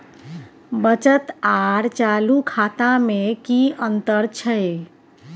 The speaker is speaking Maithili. बचत आर चालू खाता में कि अतंर छै?